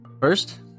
First